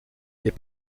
est